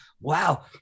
wow